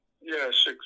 Yes